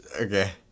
Okay